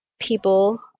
people